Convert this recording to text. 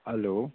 hello